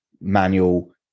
manual